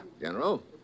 General